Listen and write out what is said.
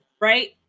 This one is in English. Right